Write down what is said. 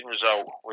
result